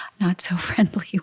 not-so-friendly